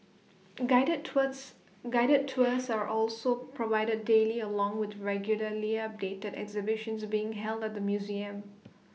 guided tours guided tours are also provided daily along with regularly updated exhibitions being held at the museum